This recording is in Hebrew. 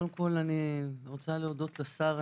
אני רוצה להודות לשר.